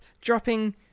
Dropping